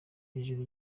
hejuru